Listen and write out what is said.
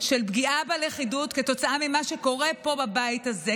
של פגיעה בלכידות כתוצאה ממה שקורה פה בבית הזה,